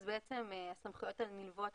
הסמכויות הנלוות,